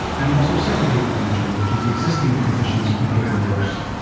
and also secondary prevention, which is existing conditions, from getting worse,